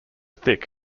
thick